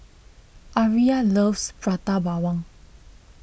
Aria loves Prata Bawang